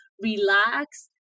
relax